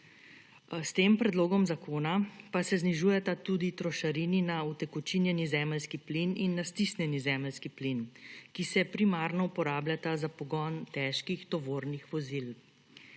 S tem predlogom zakona pa se znižujeta tudi trošarini na utekočinjeni zemeljski plin in na stisnjeni zemeljski plin, ki se primarno uporabljata za pogon težkih tovornih vozil.